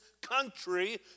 country